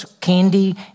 candy